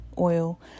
oil